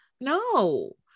No